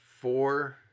four